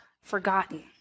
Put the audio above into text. forgotten